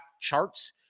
charts